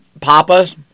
Papa's